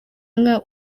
umwe